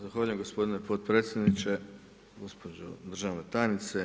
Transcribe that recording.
Zahvaljujem gospodine potpredsjedniče, gospođo državna tajnice.